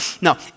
no